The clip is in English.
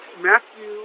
matthew